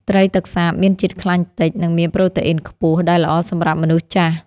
ត្រីទឹកសាបមានជាតិខ្លាញ់តិច និងមានប្រូតេអ៊ីនខ្ពស់ដែលល្អសម្រាប់មនុស្សចាស់។